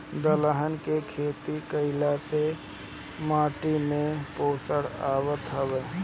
दलहन के खेती कईला से भी माटी में पोषण आवत हवे